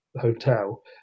hotel